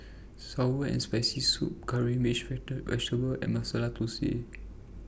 Sour and Spicy Soup Curry Mixed Vegetable and Masala Thosai